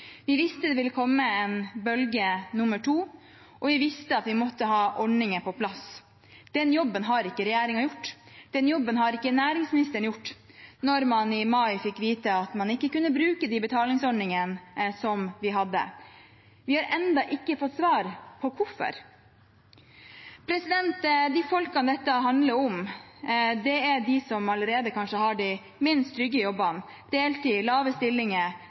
Vi visste at det ville komme en bølge nummer to, og vi visste at vi måtte ha ordninger på plass. Den jobben har ikke regjeringen gjort. Den jobben har ikke næringsministeren gjort, når man i mai fikk vite at man ikke kunne bruke de betalingsordningene vi hadde. Vi har ennå ikke fått svar på hvorfor. De folkene dette handler om, er de som kanskje allerede har de minst trygge jobbene – deltid, små stillinger